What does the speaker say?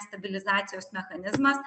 stabilizacijos mechanizmas